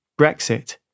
Brexit –